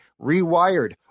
rewired